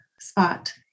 spot